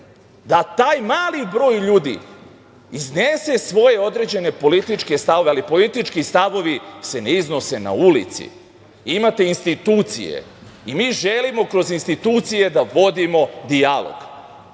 da taj mali broj ljudi iznese svoje određene političke stavove, ali politički stavovi se ne iznose na ulici. Imate institucije i mi želimo kroz institucije da vodimo dijalog. Setite